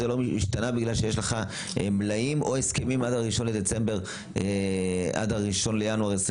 חלה עליהן בגלל שיש לך מלאים או הסכמים עד 1 בינואר 2024?